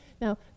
now